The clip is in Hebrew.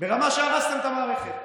ברמה שהרסתם את המערכת.